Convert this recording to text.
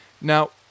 Now